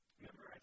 Remember